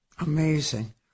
Amazing